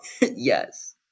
Yes